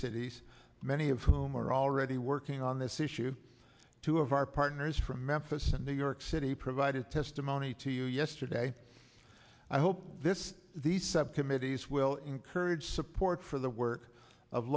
cities many of whom are already working on this issue two of our partners from memphis and new york city provided testimony to you yesterday i hope this is the subcommittees will encourage support for the work of